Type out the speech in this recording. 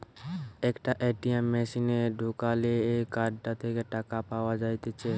একটা এ.টি.এম মেশিনে ঢুকালে এই কার্ডটা থেকে টাকা পাওয়া যাইতেছে